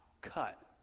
cut